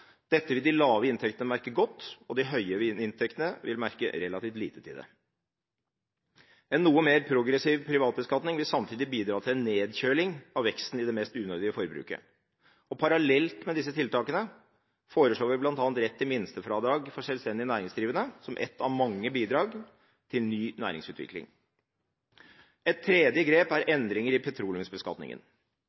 Dette vil de lave inntekter merke godt, og de høye inntektene vil merke relativt lite til det. En noe mer progressiv privatbeskatning vil samtidig bidra til en nedkjøling av veksten i det mest unødige forbruket. Parallelt med disse tiltakene foreslår vi bl.a. rett til minstefradrag for selvstendig næringsdrivende som ett av mange bidrag til ny næringsutvikling. Et tredje grep er endringer i petroleumsbeskatningen.